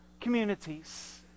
communities